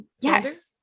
yes